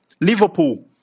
Liverpool